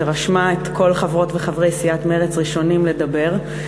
שרשמה את כל חברות וחברי סיעת מרצ ראשונים לדבר,